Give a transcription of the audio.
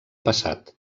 passat